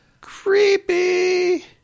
Creepy